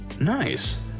Nice